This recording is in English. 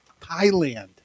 Thailand